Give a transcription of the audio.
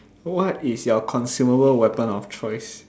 what is your consumable weapon of choice